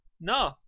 No